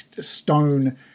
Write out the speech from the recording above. stone